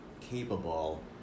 capable